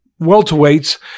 welterweights